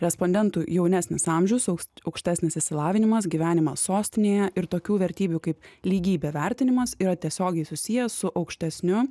respondentų jaunesnis amžiaus aukš aukštesnis išsilavinimas gyvenimas sostinėje ir tokių vertybių kaip lygybė vertinimas yra tiesiogiai susiję su aukštesniu